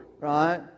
right